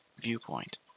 viewpoint